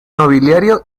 nobiliario